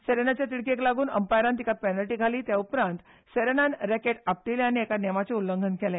सेरेनाच्या तिडकेक लागुन अंपायरान तिका पॅनल्टी घाली त्या उपरांत सेरेनान रॅकेट आपटीले आनी एका नेमाचे उल्लंघन केले